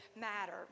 matter